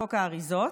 חוק האריזות.